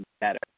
better